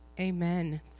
Amen